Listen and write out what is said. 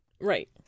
right